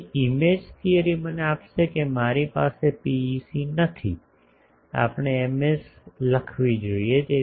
તેથી image theory મને આપશે કે મારી પાસે પીઈસી નથી આપણે Ms લખવી જોઈએ